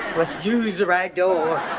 must use the right door.